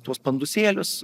tuos pandusėlius